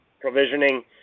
provisioning